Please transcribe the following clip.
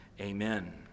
Amen